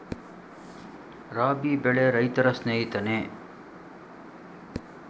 ರಾಬಿ ಬೆಳೆ ರೈತರ ಸ್ನೇಹಿತನೇ?